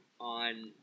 on